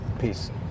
peace